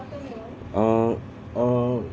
ah ah